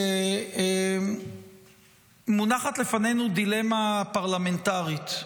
שמונחת לפנינו דילמה פרלמנטרית.